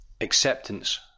Acceptance